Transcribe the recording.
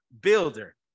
builder